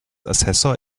assessor